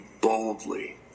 boldly